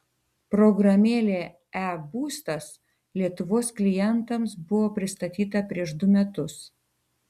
programėlė e būstas lietuvos klientams buvo pristatyta prieš du metus